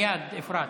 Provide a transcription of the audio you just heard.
מייד, אפרת.